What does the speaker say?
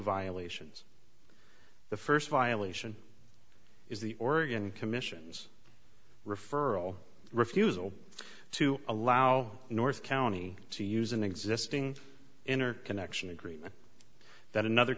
violations the first violation is the oregon commission's referral refusal to allow north county to use an existing interconnection agreement that another